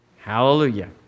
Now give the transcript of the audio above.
Hallelujah